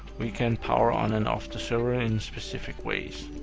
we can power on and off the server in specific ways.